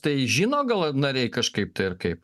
tai žino gal nariai kažkaip ir kaip